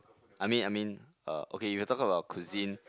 I mean I mean uh okay you are talking about cuisine